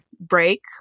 break